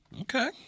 Okay